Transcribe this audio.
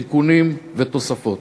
תיקונים ותוספות.